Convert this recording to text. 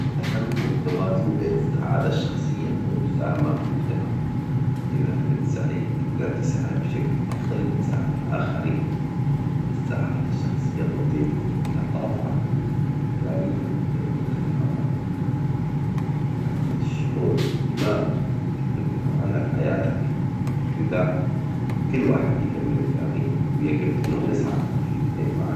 الأهم هو التوازن بين السعادة الشخصية والمساهمة في المجتمع، إذا كنت سعيد تقدر تساعد بشكل أفضل و تساعد الآخرين السعادة الشخصية تنتج لطافة إيجابية، والمساهمة في المجتمع تعزيز الشعور بالانتماء تحجج معنى لحياتك، لذا كل واحد يحجج التاني ولابد إنه نسعى لتحجيج الاثنين معًا.